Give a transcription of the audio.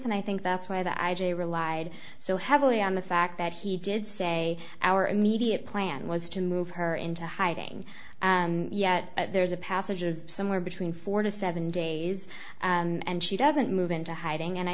and i think that's why the i j a relied so heavily on the fact that he did say our immediate plan was to move her into hiding and yet there's a passage of somewhere between four to seven days and she doesn't move into hiding and i